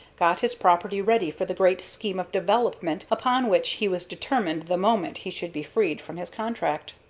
got his property ready for the great scheme of development upon which he was determined the moment he should be freed from his contract.